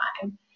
time